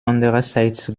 andererseits